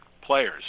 players